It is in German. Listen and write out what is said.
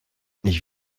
ich